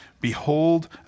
Behold